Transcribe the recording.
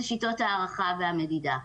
זה שיטות ההערכה והמדידה.